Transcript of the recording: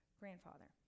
grandfather